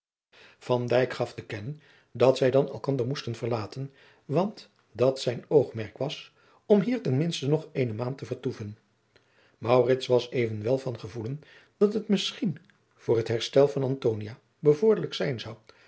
gaf te kennen dat zij dan elkander moesten verlaten want dat zijn oogmerk was om hier ten minste nog eene maand te vertoeven maurits was evenwel van gevoelen dat het misschien voor het herftel van antonia bevorderlijk zijn zou